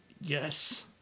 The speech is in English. Yes